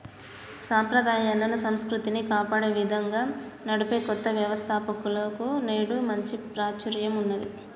సంప్రదాయాలను, సంస్కృతిని కాపాడే విధంగా నడిపే కొత్త వ్యవస్తాపకతలకు నేడు మంచి ప్రాచుర్యం ఉన్నది